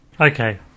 okay